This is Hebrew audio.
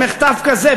במחטף כזה,